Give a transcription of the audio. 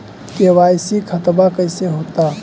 KYC खतबा कैसे होता?